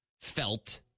felt